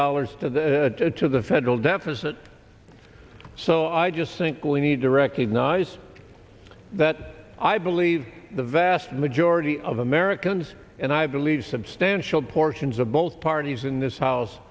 dollars to the to the federal deficit so i just think we need to recognize that i believe the vast majority of americans and i believe substantial portions of both parties in this house